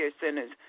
centers